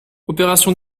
opération